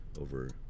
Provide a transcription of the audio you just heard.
over